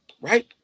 Right